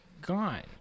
gone